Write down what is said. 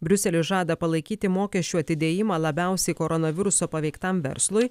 briuseliui žada palaikyti mokesčių atidėjimą labiausiai koronaviruso paveiktam verslui